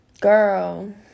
Girl